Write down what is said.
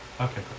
okay